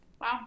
Wow